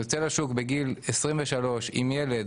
יוצא לשוק בגיל 23 עם ילד